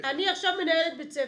אני עכשיו מנהלת בית ספר.